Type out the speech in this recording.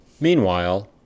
Meanwhile